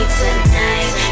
tonight